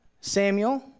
Samuel